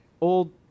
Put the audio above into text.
Old